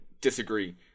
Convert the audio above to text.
disagree